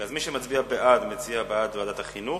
מי שמצביע בעד, מצביע בעד העברה לוועדת החינוך.